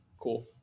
cool